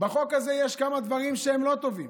בחוק הזה יש כמה דברים שהם לא טובים.